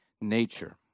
nature